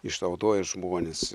išnaudoja žmones